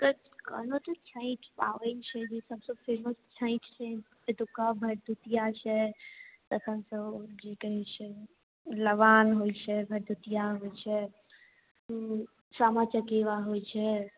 कऽ कहलहुँ तऽ छैठ पाबनि छै जे सभसँ फेमस छठि छै एतुका भरदुतिया छै तखनसँ आओर कि कहै छै लबान होइ छै भरदुतिया होइ छै सामा चकेबा होइ छै